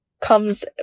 comes